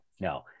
no